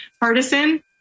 partisan